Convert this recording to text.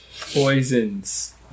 poisons